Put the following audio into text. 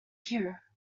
here